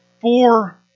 four